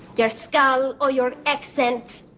yes, scowl. oh, your accent.